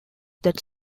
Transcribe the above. that